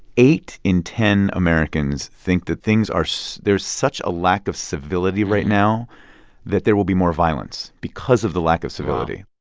eight in ten americans think that things are so there's such a lack of civility right now that there will be more violence because of the lack of civility